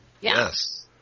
Yes